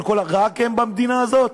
רק הם במדינה הזאת?